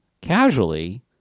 casually